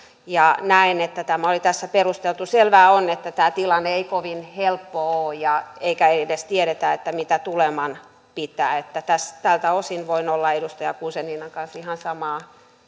näen että tämä oli tässä perusteltu selvää on että tämä tilanne ei kovin helppo ole eikä edes tiedetä mitä tuleman pitää että tältä osin voin olla edustaja guzeninan kanssa ihan samaa